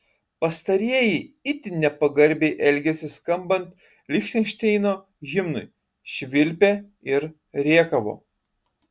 pastarieji itin nepagarbiai elgėsi skambant lichtenšteino himnui švilpė ir rėkavo